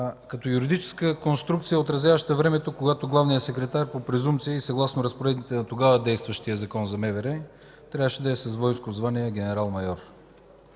като юридическа конструкция, отразяваща времето, когато главният секретар по презумпция и съгласно разпоредбите на тогава действащия Закон за МВР трябваше да е с войнско звание „генерал-майор”.